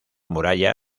muralla